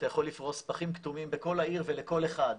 אתה יכול לפרוס פחים כתומים בכל העיר ולכל אחד.